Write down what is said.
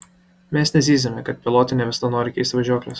mes nezyziame kad pilotai ne visada nori keisti važiuokles